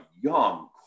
young